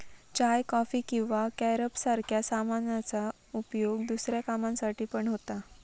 चाय, coffee किंवा carob सारख्या सामानांचा उपयोग दुसऱ्या कामांसाठी पण होता